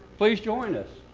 please join us.